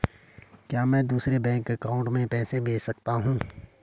क्या मैं दूसरे बैंक अकाउंट में पैसे भेज सकता हूँ?